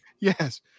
Yes